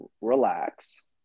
relax